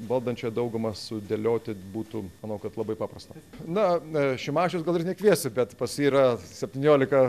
valdančią daugumą sudėlioti būtų manau kad labai paprasta na šimašiaus gal ir nekviesi bet pas jį yra septyniolika